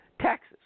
taxes